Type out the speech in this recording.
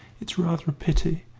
it's rather a pity,